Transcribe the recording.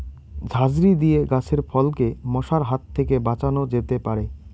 ঝাঁঝরি দিয়ে গাছের ফলকে মশার হাত থেকে বাঁচানো যেতে পারে?